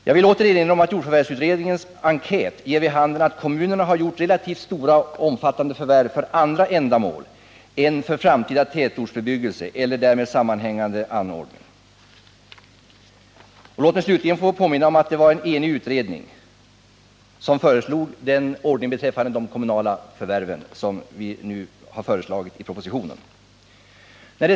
Jag vill åter erinra om att jordförvärvsutredningens enkät ger vid handen att kommunerna har gjort relativt stora och omfattande förvärv för andra ändamål än framtida tätortsbebyggelse eller därmed sammanhängande anordningar. Låt mig få påminna om att det var en enig utredning som förordade den ordning beträffande de kommunala förvärven som nu föreslås i propositionen.